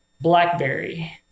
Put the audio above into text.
blackberry